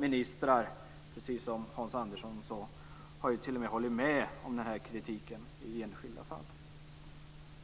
Ministrar har ju t.o.m. hållit med om den här kritiken i enskilda fall, precis